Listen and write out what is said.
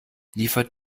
liefert